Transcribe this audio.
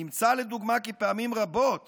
נמצא, לדוגמה, כי פעמים רבות